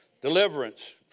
deliverance